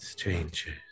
strangers